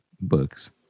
books